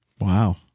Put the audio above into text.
Wow